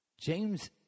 James